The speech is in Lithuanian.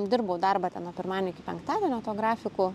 dirbau darbą ten nuo pirmadienio iki penktadienio tuo grafiku